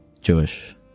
jewish